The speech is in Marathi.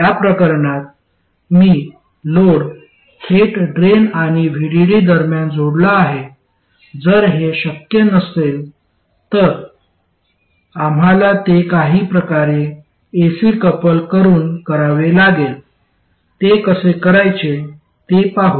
या प्रकरणात मी लोड थेट ड्रेन आणि VDD दरम्यान जोडला आहे जर हे शक्य नसेल तर आम्हाला ते काही प्रकारे ए सी कपल करून करावे लागेल ते कसे करायचे ते पाहू